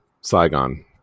Saigon